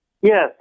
Yes